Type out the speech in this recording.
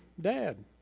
dad